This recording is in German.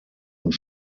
und